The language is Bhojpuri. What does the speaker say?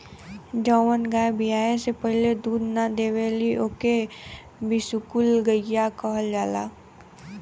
जवन गाय बियाये से पहिले दूध ना देवेली ओके बिसुकुल गईया कहल जाला